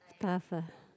tough ah